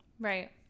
right